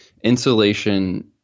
insulation